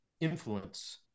influence